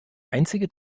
einzige